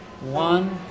One